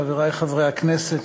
חברי חברי הכנסת,